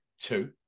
two